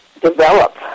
develop